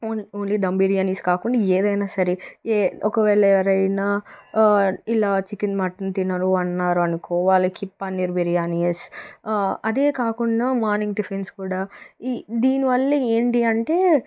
only dum biryanis కాకుండా ఏదైనా సరే ఏ ఒకవేళ రై అయినా ఇలా చికెన్ మటన్ తినరు అన్నారనుకో వారికి పన్నీరు బిర్యానీ వేసి అదే కాకుండా మార్నింగ్ టిఫిన్స్ కూడా ఈ దీని వల్ల ఏంటి అంటే